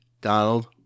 Donald